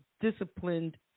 disciplined